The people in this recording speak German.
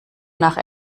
nach